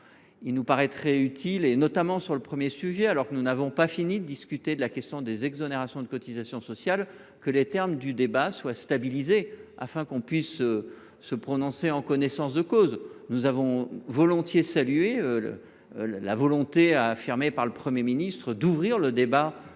Il nous paraîtrait utile, notamment sur le premier sujet, et alors que nous n’avons pas fini de discuter des exonérations de cotisations sociales, que les termes du débat soient stabilisés, de sorte que nous puissions nous prononcer en connaissance de cause. Nous avons volontiers salué la volonté manifestée par le Premier ministre, après des